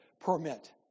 permit